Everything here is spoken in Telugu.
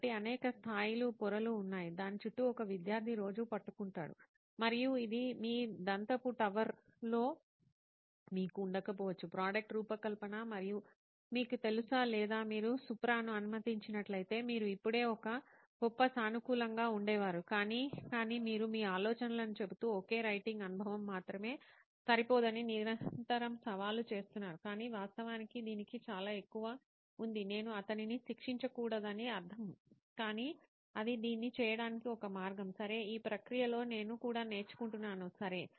కాబట్టి అనేక స్థాయిలు పొరలు ఉన్నాయి దాని చుట్టూ ఒక విద్యార్థి రోజూ పట్టుకుంటాడు మరియు ఇది మీ దంతపు టవర్లో మీకు ఉండకపోవచ్చు ప్రోడక్ట్ రూపకల్పన మరియు మీకు తెలుసా లేదా మీరు సుప్రాను అనుమతించినట్లయితే మీరు ఇప్పుడే ఒక గొప్ప సానుకూలంగా ఉండేవారు కానీకానీ మీరు మీ ఆలోచనలను చెబుతూ ఓకే రైటింగ్ అనుభవం మాత్రమే సరిపోదని నిరంతరం సవాలు చేస్తున్నారుకానీ వాస్తవానికి దీనికి చాలా ఎక్కువ ఉంది నేను అతనిని శిక్షించకూడదని అర్థం కానీ అది దీన్ని చేయడానికి ఒక మార్గం సరే ఈ ప్రక్రియలో నేను కూడా నేర్చుకుంటున్నాను సరే